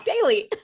daily